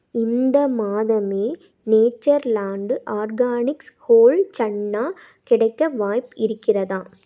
இந்த மாதமே Natureland organics whole chana கிடைக்க வாய்ப்பு இருக்கிறதா